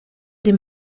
dem